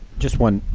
just one.